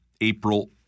April